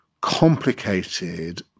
complicated